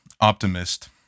optimist